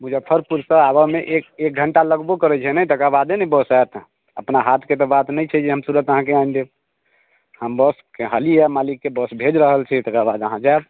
मुजफ्फरपुरसँ आबऽमे एक एक घण्टा लगबो करै छै ने तकर बादे ने बस आयत अपना हाथके तऽ बात नहि छै जे हम तुरत अहाँके आनि देब हम बस कहलियै हँ मालिकके बस भेज रहल छै तकर बाद अहाँ जायब